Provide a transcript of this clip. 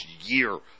year